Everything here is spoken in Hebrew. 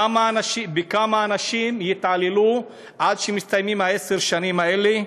בכמה אנשים יתעללו עד שיסתיימו עשר השנים האלה?